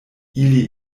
ili